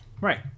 Right